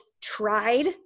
tried